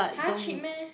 !huh! cheap meh